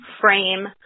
frame